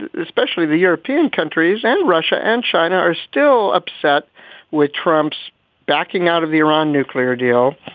especially the european countries and russia and china are still upset with trump's backing out of the iran nuclear deal.